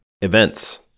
Events